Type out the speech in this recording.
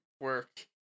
Work